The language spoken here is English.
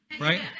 right